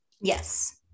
Yes